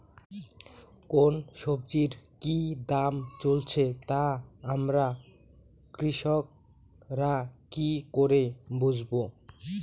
কোন সব্জির কি দাম চলছে তা আমরা কৃষক রা কি করে বুঝবো?